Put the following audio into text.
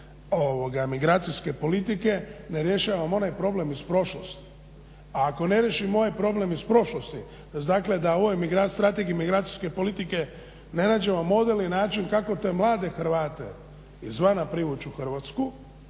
migracijske politike ne rješavamo onaj problem iz prošlosti. A ako ne riješimo onaj problem iz prošlosti uz da ovoj strategiji migracijske politike ne nađemo model i način kako te mlade Hrvate izvana privući u Hrvatsku